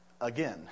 again